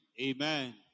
Amen